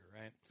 right